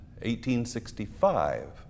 1865